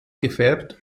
gefärbt